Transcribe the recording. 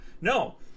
No